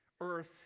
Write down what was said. earth